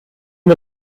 wir